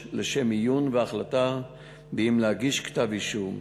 לשם עיון והחלטה אם להגיש כתב-אישום.